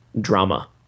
drama